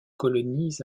colonies